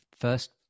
first